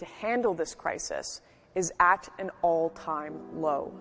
to handle this crisis is at an all time low